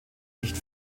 nicht